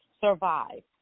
survive